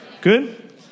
Good